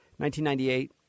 1998